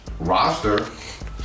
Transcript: Roster